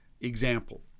Example